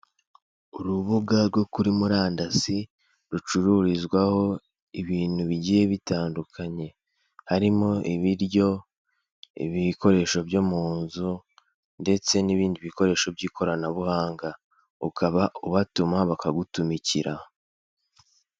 Urubuga rwo kuri murandasi rucururizwaho ibintu bigiye bitandukanye harimo ibiryo ibikoresho byo mu nzu ndetse n'ibindi bikoresho by'ikoranabuhanga ukaba ubatuma bakagutumikira.